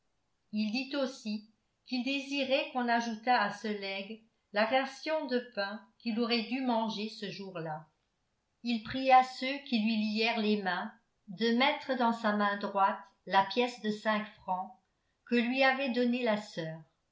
il dit aussi qu'il désirait qu'on ajoutât à ce legs la ration de pain qu'il aurait dû manger ce jour-là il pria ceux qui lui lièrent les mains de mettre dans sa main droite la pièce de cinq francs que lui avait donnée la sœur